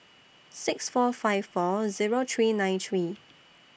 six four five four Zero three nine three